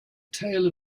tale